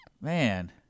man